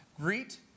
Greet